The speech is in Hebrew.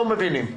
לא מבינים.